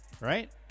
Right